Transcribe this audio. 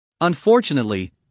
Unfortunately